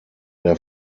der